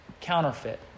counterfeit